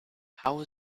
how